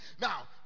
Now